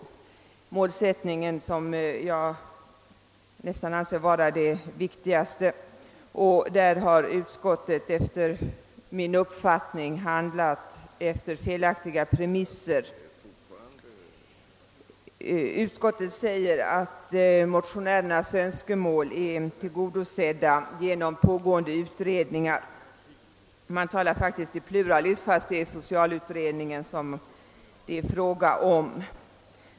Beträffande målsättningen, som jag nog anser vara viktigast, har utskottet enligt min uppfattning handlat efter felaktiga premisser. Utskottet säger att motionärernas önskemål är tillgodosedda genom pågående utredningar; man talar faktiskt i pluralis fastän det är socialutredningen det är fråga om.